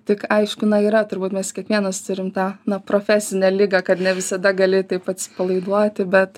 tik aiškina na yra turbūt mes kiekvienas turim tą profesinę ligą kad ne visada gali taip atsipalaiduoti bet